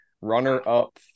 runner-up